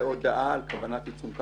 זו הודעה על כוונת עיצום.